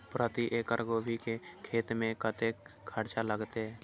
प्रति एकड़ गोभी के खेत में कतेक खर्चा लगते?